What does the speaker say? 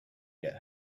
get